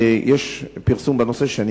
צירפתי פרסום בנושא.